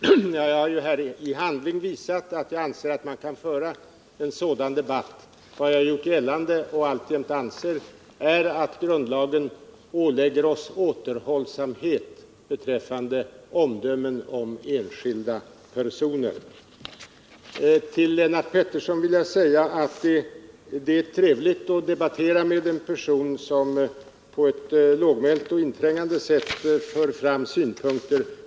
Herr talman! Jag har ju i handling visat att jag anser att man kan föra en sådan debatt. Vad jag gjort gällande och alltjämt anser är att grundlagen ålägger oss återhållsamhet beträffande omdömen om enskilda personer. Till Lennart Pettersson vill jag säga att jag finner det trevligt att debattera med en person som på ett lågmält och inträngande sätt för fram synpunkter.